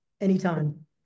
anytime